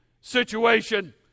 situation